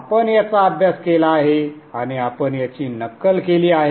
आपण याचा अभ्यास केला आहे आणि आपण याची नक्कल केली आहे